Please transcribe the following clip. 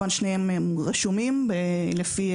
שי שטרית מחוז ירושלים,